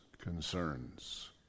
concerns